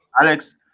Alex